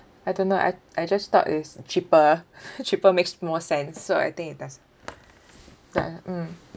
I don't know I I just thought it is cheaper cheaper makes more sense so I think it does ya mm